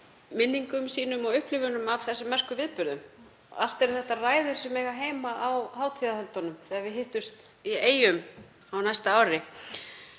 minningum sínum og upplifunum af þessum merku viðburðum. Allt eru þetta ræður sem eiga heima á hátíðahöldunum þegar við hittumst í Eyjum á næsta ári.